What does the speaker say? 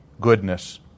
goodness